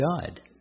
God